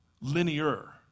linear